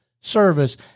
service